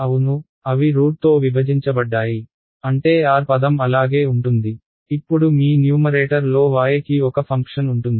అవును అవి రూట్తో విభజించబడ్డాయి అంటే r పదం అలాగే ఉంటుంది ఇప్పుడు మీ న్యూమరేటర్ లో y కి ఒక ఫంక్షన్ ఉంటుంది